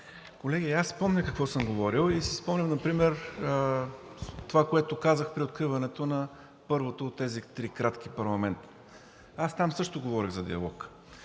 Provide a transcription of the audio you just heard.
Колеги, аз помня какво съм говорил и си спомням например това, което казах, при откриването на първото от тези три кратки парламента. Аз там също говорих за диалог.